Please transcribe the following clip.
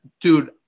dude